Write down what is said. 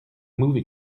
movie